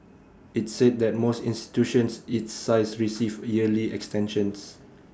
IT said that most institutions its size receive yearly extensions